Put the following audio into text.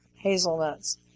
Hazelnuts